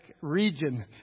region